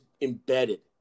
embedded